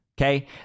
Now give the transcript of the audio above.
okay